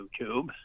YouTube